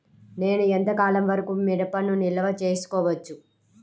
నేను ఎంత కాలం వరకు మిరపను నిల్వ చేసుకోవచ్చు?